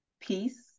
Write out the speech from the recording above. Peace